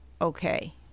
okay